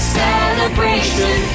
celebration